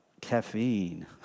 caffeine